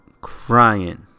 crying